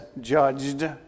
judged